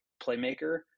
playmaker